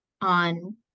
on